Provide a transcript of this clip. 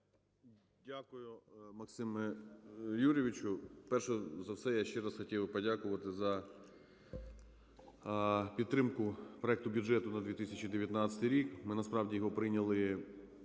Дякую, Максиме Юрійовичу. Перш за все я ще раз хотів би подякувати за підтримку проекту бюджету на 2019 рік. Ми насправді його прийняли